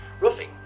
roofing